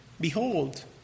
Behold